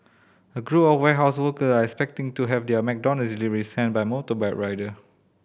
a group of warehouse worker are expecting to have their McDonald's delivery sent by motorbike rider